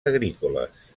agrícoles